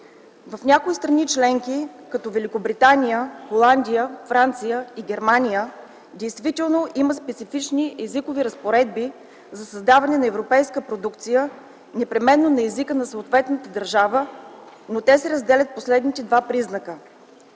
В някои страни членки като Великобритания, Холандия, Франция и Германия има специфични езикови разпоредби за създаване на европейска продукция, но непременно на езика на съответната държава. Те се разделят по следните два признака: